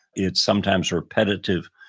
it's sometimes repetitive.